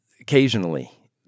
Occasionally